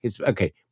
Okay